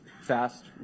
fast